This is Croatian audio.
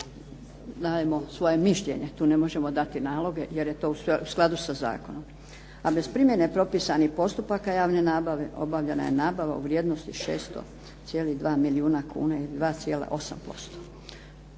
dajemo svoje mišljenje. Tu ne možemo dati naloge jer je to u skladu sa zakonom. A bez primjene propisanih postupaka javne nabave obavljena je nabava u vrijednosti 600,2 milijuna kuna ili 2,8%.